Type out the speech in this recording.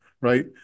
right